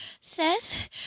seth